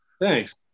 Thanks